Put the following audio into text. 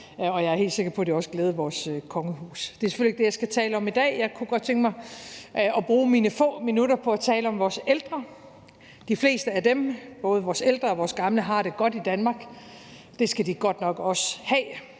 Jeg er helt sikker på, at det også glædede vores kongehus. Det er selvfølgelig ikke det, jeg skal tale om i dag. Jeg kunne godt tænke mig at bruge mine få minutter på at tale om vores ældre. De fleste af dem, både vores ældre og vores gamle, har det godt i Danmark. Det skal de godt nok også have.